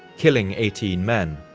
killing eighteen men,